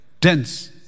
dense